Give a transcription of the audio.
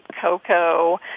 cocoa